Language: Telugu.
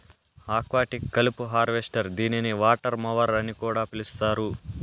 ఆక్వాటిక్ కలుపు హార్వెస్టర్ దీనిని వాటర్ మొవర్ అని కూడా పిలుస్తారు